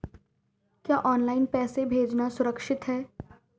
क्या ऑनलाइन पैसे भेजना सुरक्षित है?